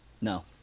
No